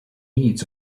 needs